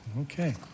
Okay